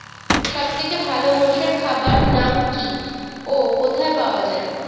সব থেকে ভালো মোষের খাবার নাম কি ও কোথায় পাওয়া যায়?